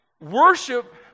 Worship